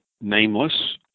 nameless